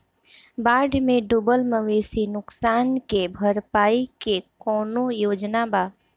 बाढ़ में डुबल मवेशी नुकसान के भरपाई के कौनो योजना वा?